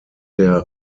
der